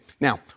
Now